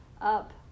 up